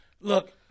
look